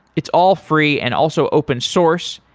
it's all free and also open-source.